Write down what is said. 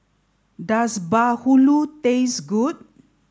does Bahulu taste good